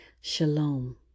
Shalom